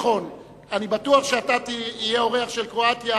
אני בטוח שכשאתה תהיה האורח של קרואטיה